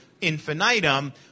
infinitum